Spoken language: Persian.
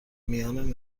میان